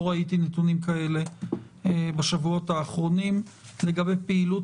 ראיתי נתונים כאלה בשבועות האחרונים לגבי פעילות